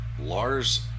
lars